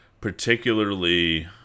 particularly